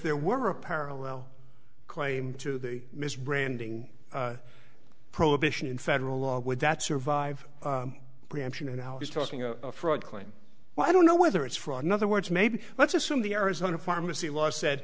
there were a parallel claim to the misbranding prohibition in federal law would that survive preemption and how he's talking a fraud claim well i don't know whether it's for another words maybe let's assume the arizona pharmacy law said